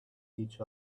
each